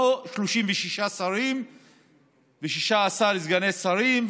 לא 36 שרים ו-16 סגני שרים.